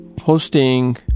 hosting